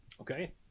Okay